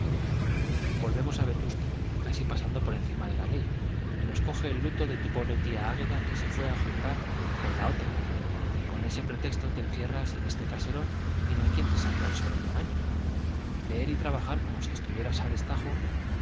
volvemos a vetusta casi pasando por encima de la ley y nos coge el luto de tu pobre tía águeda que se fue a juntar con la otra y con ese pretexto te encierras en este caserón y no hay quien te saque al sol en un año leer y trabajar como si estuvieras a destajo